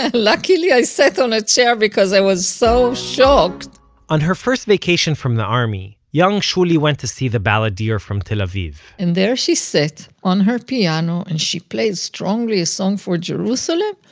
ah luckily i sat on a chair because i was so shocked on her first vacation from the army, young shuly went to see the balladeer from tel aviv and there she on her piano and she played strongly a song for jerusalem,